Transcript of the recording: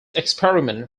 experiment